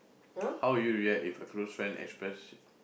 how will you react if a close friend express